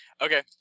Okay